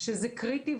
שזה קריטי,